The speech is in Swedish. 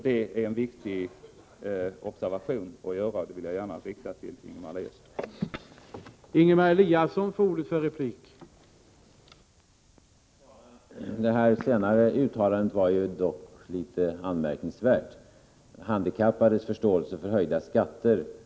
Det är en viktig observation att göra. Det vill jag gärna göra Ingemar Eliasson uppmärksam på.